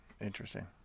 Interesting